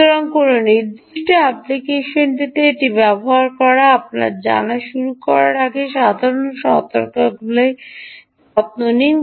সুতরাং কোনও নির্দিষ্ট অ্যাপ্লিকেশনটিতে এটি ব্যবহার করা আপনার জানা শুরু করার আগে এই সাধারণ সতর্কতাগুলির যত্ন নিন